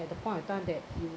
at the point of time that you